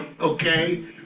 okay